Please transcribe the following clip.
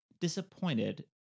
disappointed